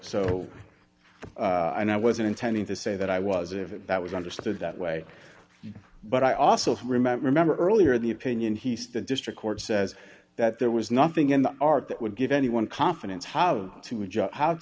so and i wasn't intending to say that i was it that was understood that way but i also remember remember earlier in the opinion he stood district court says that there was nothing in the art that would give anyone confidence h